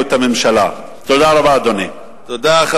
הממשלה הזאת עשתה?